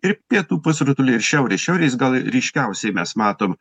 ir pietų pusrutuly ir šiaurės šiaurės gal ryškiausiai mes matom